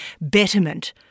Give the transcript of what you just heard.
betterment